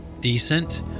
decent